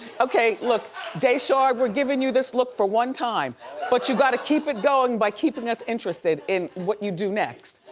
okay look daeshard we're giving you this look for one time but you gotta keep it going by keeping us interested in what you do next.